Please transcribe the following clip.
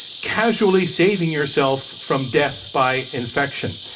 casually saving yourself from death by infection.